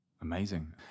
Amazing